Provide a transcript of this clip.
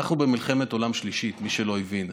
אנחנו במלחמת עולם שלישית, מי שלא הבין.